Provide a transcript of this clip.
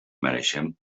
mereixem